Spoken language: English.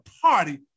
party